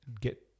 get